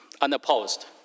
unopposed